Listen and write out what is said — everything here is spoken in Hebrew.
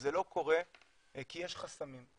וזה לא קורה כי יש חסמים.